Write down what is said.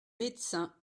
médecin